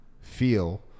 feel